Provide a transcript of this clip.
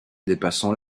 dépassant